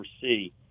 see